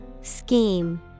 Scheme